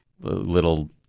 little